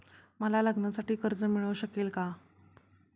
मला लग्नासाठी कर्ज मिळू शकेल का?